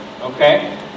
okay